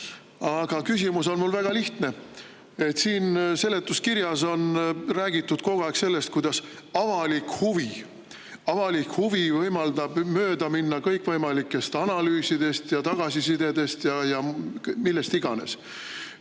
Aga küsimus on mul väga lihtne. Siin seletuskirjas räägitakse kogu aeg sellest, et avalik huvi – avalik huvi! – võimaldab mööda minna kõikvõimalikest analüüsidest ja tagasisidest ja millest iganes.